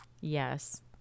Yes